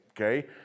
okay